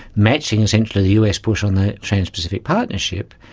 matching essentially the us push on the trans-pacific partnership.